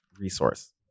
resource